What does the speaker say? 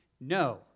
No